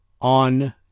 on